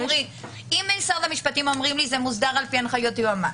אם משרד המשפטים אומרים לי: זה מוסדר לפי הנחיות יועמ"ש,